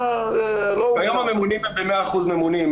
היום הממונים הם ב-100% ממונים,